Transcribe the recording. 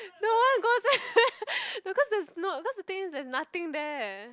no one goes there no cause there's no cause the thing is there's nothing there